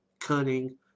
cunning